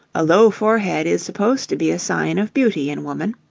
a low forehead is supposed to be a sign of beauty in woman.